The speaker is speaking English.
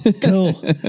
Cool